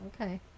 Okay